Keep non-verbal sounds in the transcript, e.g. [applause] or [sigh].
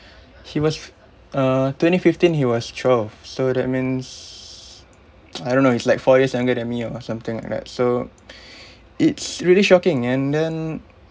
he was uh twenty fifteen he was twelve so that means [noise] I don't know he's like four years younger than me or something like that so [breath] it's really shocking and then